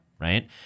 right